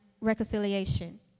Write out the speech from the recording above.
reconciliation